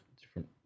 different